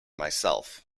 myself